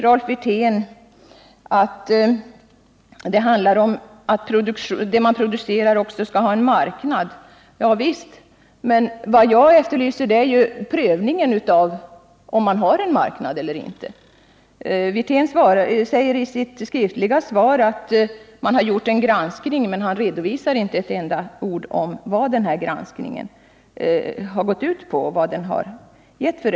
Rolf Wirtén säger att det handlar om att det man producerar också skall ha en marknad. Ja, visst! Men vad jag efterlyser är ju en prövning av om det finns en marknad eller inte. Rolf Wirtén säger i sitt skriftliga svar att man inom departementet har gjort en granskning, men han redovisar inte med ett enda ord vad denna granskning gått ut på och vilket resultat den har givit.